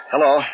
Hello